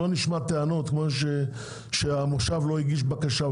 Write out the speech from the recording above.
לא נשמע טענות כמו זו שהמושב לא הגיש בקשה.